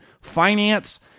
finance